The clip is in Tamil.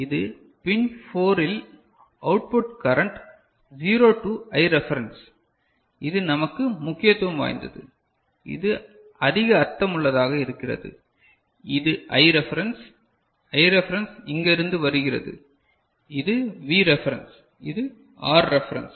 இது பின் 4 இல் output current 0 to I reference இது நமக்குமுக்கியத்துவம் வாய்ந்தது இது அதிக அர்த்தமுள்ளதாக இருக்கிறது இது I ரெஃபரன்ஸ் I ரெஃபரன்ஸ் இங்க இருந்து வருகிறது இது V ரெஃபரன்ஸ் இது R ரெஃபரன்ஸ்